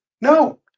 No